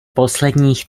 posledních